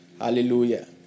Hallelujah